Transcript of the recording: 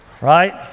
Right